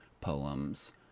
poems